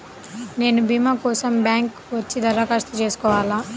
నేను భీమా కోసం బ్యాంక్కి వచ్చి దరఖాస్తు చేసుకోవాలా?